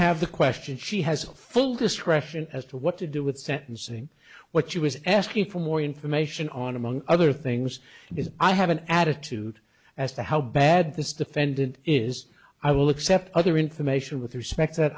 have the question she has full discretion as to what to do with sentencing what she was asking for more information on among other things is i have an attitude as to how bad this defendant is i will accept other information with respect that